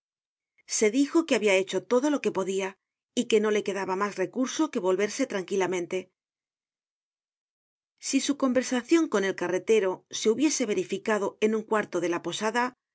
habia hecho todo lo que podia y que no le quedaba mas recurso que volverse tranquilamente si su conversacion con el carretero se hubiese verificado en un cuarto de la posada